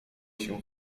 się